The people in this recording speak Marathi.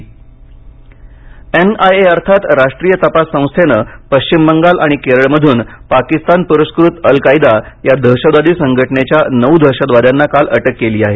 अतिरेकी एन आय ए अर्थात राष्ट्रीय तपास संस्थेनं पश्चिम बंगाल आणि केरळमधून पाकिस्तान पुरस्कृत अल कायदा या दहशतवादी संघटनेच्या नऊ दहशतवाद्यांना काल अटक केली आहे